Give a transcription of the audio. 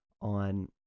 on